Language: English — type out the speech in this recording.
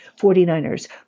49ers